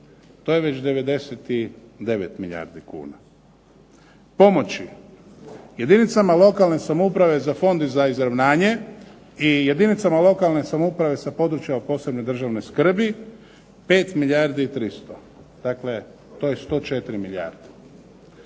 To je već 99 milijardi kuna. Pomoći jedinicama lokalne samouprave za Fond za izravnanje i jedinicama lokalne samouprave sa područja od posebne državne skrbi 5 milijardi i 300. Dakle, to je 104 milijarde.